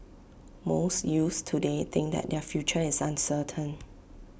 most youths today think that their future is uncertain